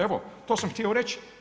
Evo to sam htio reći.